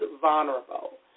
vulnerable